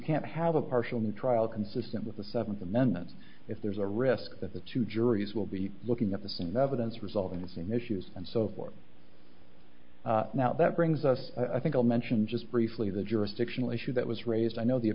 can't have a partial new trial consistent with the seventh amendment if there's a risk that the two juries will be looking at the same evidence result in the same issues and so forth now that brings us i think i'll mention just briefly the jurisdictional issue that was raised i know the